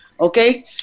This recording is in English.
okay